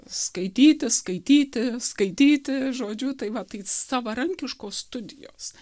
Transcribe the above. skaityti skaityti skaityti žodžiu tai va tai savarankiškos studijos